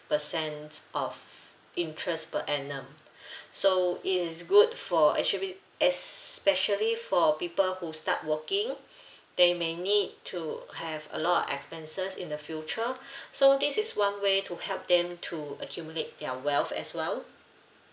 percent of interest per annum so it is good for actually especially for people who start working they may need to have a lot of expenses in the future so this is one way to help them to accumulate their wealth as well